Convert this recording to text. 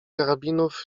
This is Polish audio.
karabinów